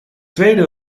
tweede